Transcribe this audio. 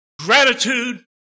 gratitude